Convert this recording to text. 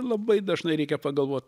labai dažnai reikia pagalvot